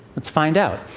let's find out.